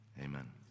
amen